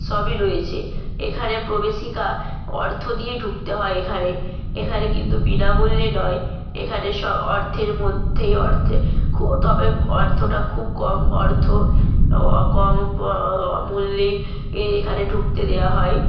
সবই রয়েছে এখানে প্রবেশিকা অর্থ দিয়ে ঢুকতে হয় এখানে এখানে কিন্তু বিনামূল্যে নয় এখানে স অর্থের মধ্যেই অর্থে খু তবে অর্থটা খুব কম অর্থ কম মূল্যেই এ এখানে ঢুকতে দেওয়া হয়